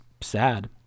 sad